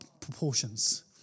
proportions